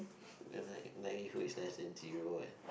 we're like and zero eh